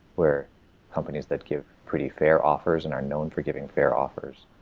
where companies that give pretty fair offers and are known for giving fair offers,